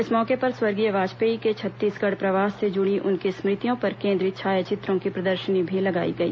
इस मौके पर स्वर्गीय वाजपेयी के छत्तीसगढ़ प्रवास से जुड़ी उनकी स्मृतियों पर केंद्रित छायाचित्रों की प्रदर्शनी भी लगाई गई